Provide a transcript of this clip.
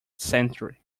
century